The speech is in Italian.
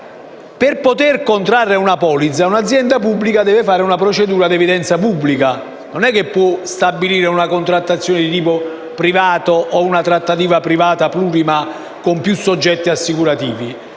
per poter contrarre una polizza un'azienda pubblica deve fare una procedura a evidenza pubblica: non può stabilire una contrattazione di tipo privato o una trattativa privata plurima con più soggetti assicurativi;